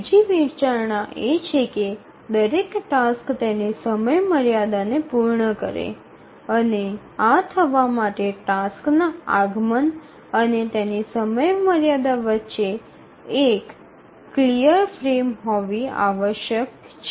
ત્રીજી વિચારણા એ છે કે દરેક ટાસ્ક તેની સમયમર્યાદાને પૂર્ણ કરે છે અને આ થવા માટે ટાસ્કના આગમન અને તેની સમયમર્યાદા વચ્ચે એક સંપૂર્ણ ફ્રેમ હોવી આવશ્યક છે